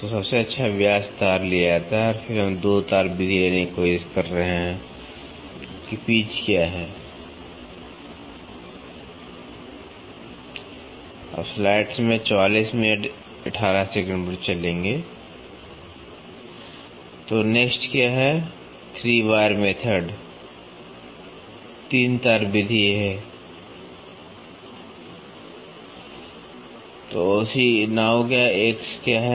तो सबसे अच्छा व्यास तार लिया जाता है और फिर हम 2 तार विधि लेने की कोशिश कर रहे हैं कि पिच क्या है